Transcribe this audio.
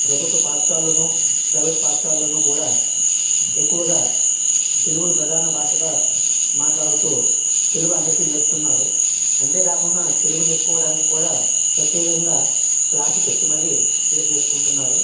ప్రభుత్వ పాఠశాలల్లోనూ ప్రైవేట్ పాఠశాలల్లోనూ కూడా ఎక్కువగా తెలుగును ప్రధాన భాషగా మాట్లాడుతూ తెలుగు అందరికి నేర్పుతున్నారు అంతేకాకుండా తెలుగు నేర్చుకోవడానికి కూడా ప్రత్యేకంగా క్లాస్లు పెట్టి మరి తెలుగు నేర్చుకుంటున్నారు